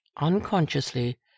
unconsciously